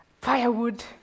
firewood